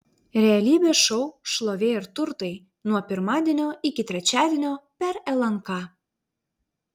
realybės šou šlovė ir turtai nuo pirmadienio iki trečiadienio per lnk